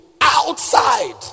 outside